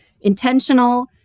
intentional